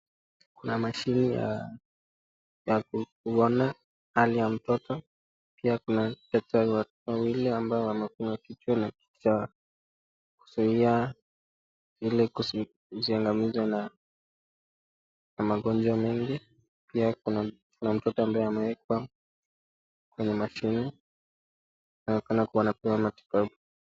Kuna mashine ya kuona hali ya mtoto. Pia kuna daktari wawili ambao wamefunika kichwa na kitu cha kuzuia ili kusiingamize na magonjwa mengi. Pia kuna mtoto ambaye amewekwa kwenye mashine. Anaonekana kuwa anapewa matibabu.